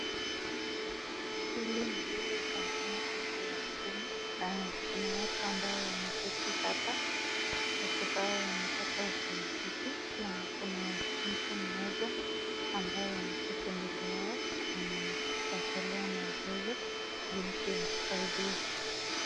Hili ni lile kampuni kubwa ya huduma na kuna watu ambao wameketi hapa au wanataka usaidizi na kuna mtu mmoja ambaye ameketi mbele yao anawatolea maelezo jinsi ya kusaidiwa.